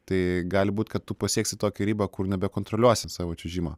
tai gali būti kad tu pasieksi tokią ribą kur nebekontroliuosi savo čiuožimo